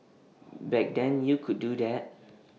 back then you could do that